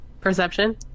Perception